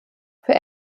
für